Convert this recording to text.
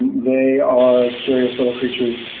they are curious little creatures.